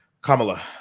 Kamala